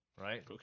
Right